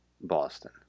Boston